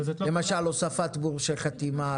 למשל הוספת מורשה חתימה.